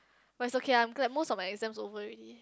but it's okay I'm glad most of my exams over already